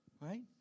right